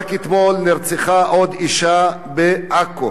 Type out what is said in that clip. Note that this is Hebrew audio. רק אתמול נרצחה עוד אשה בעכו,